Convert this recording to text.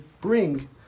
bring